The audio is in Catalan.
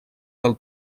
del